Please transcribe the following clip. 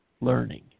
learning